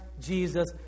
Jesus